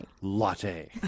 latte